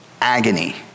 agony